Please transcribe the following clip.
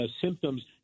symptoms